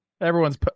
everyone's